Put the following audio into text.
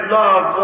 love